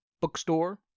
bookstore